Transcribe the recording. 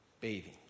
bathing